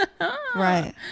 right